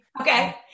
Okay